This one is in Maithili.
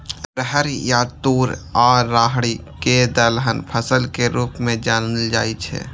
अरहर या तूर या राहरि कें दलहन फसल के रूप मे जानल जाइ छै